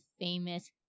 famous